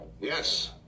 Yes